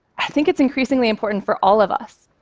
i think it's increasingly important for all of us.